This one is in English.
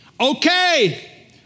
Okay